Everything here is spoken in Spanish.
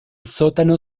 sótano